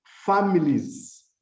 Families